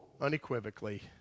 Unequivocally